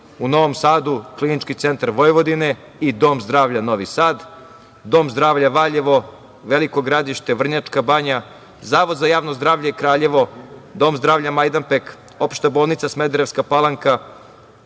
u Novom Sadu Klinički centar Vojvodine i Dom zdravlja Novi Sad, Dom zdravlja Valjevo, Veliko Gradište, Vrnjačka Banja, Zavod za javno zdravlje Kraljevo, Dom zdravlja Majdanpek, Opšta bolnica Smederevska Palanka,